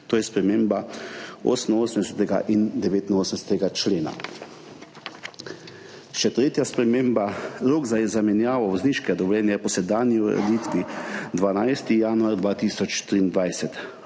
To je sprememba 88. in 89. člena. Še tretja sprememba, rok za zamenjavo vozniškega dovoljenja je po sedanji ureditvi 12. januar 2023,